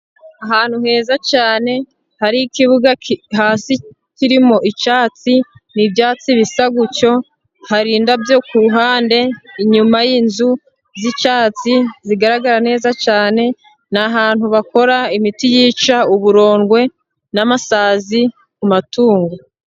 Ahantu heza cyane, hari ikibuga hasi kirimo icyatsi, ni ibyatsi bisa gutyo, hari indabyo ku ruhande, inyuma y'inzu z'icyatsi zigaragara neza cyane, ni ahantu bakora imiti yica uburondwe n'amasazi ku matungo.